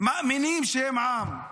מאמינים שהם עם.